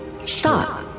Stop